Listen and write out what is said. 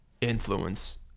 influence